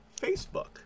Facebook